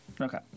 Okay